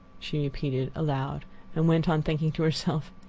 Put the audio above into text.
she repeated, aloud and went on thinking to herself,